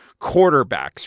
quarterbacks